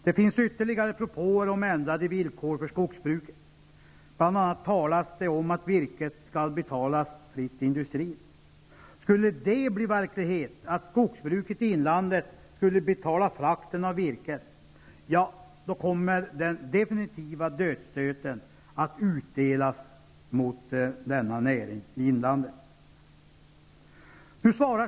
Det finns ytterligare propåer om ändrade villkor för skogsbruket. Bl.a. talas det om att virket skall betalas fritt industrin. Skulle det bli verklighet, att skogsbruket i inlandet skulle betala frakten av virket, då kommer den definitiva dödsstöten att utdelas mot denna näring i inlandet.